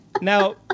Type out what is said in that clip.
Now